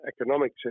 economic